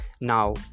now